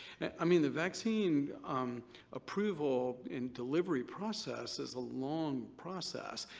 i mean the vaccine um approval and delivery process is a long process.